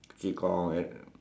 qi-gong and